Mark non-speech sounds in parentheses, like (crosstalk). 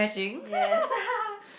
yes (laughs)